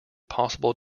possible